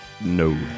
No